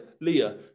Leah